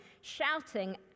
shouting